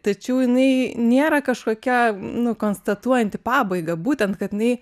tačiau jinai nėra kažkokia nu konstatuojanti pabaigą būtent kad jinai